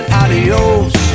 adios